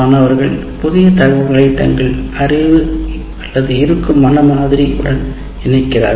மாணவர்கள் புதிய தகவல்களை தங்களதுஅறிவு அல்லது இருக்கும் மன மாதிரி உடன் இணைக்கிறார்கள்